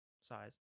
size